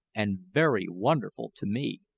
and very wonderful to me.